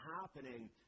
happening